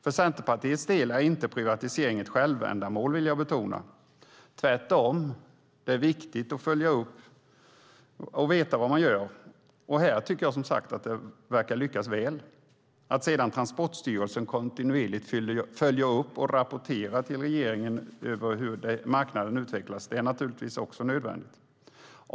För Centerpartiets del är privatiseringen inte något självändamål, vill jag betona. Tvärtom är det viktigt att följa upp och veta vad man gör, och här tycker jag som sagt att det verkar lyckas väl. Att sedan Transportstyrelsen kontinuerligt följer upp och rapporterar till regeringen hur marknaden utvecklas är förstås också nödvändigt.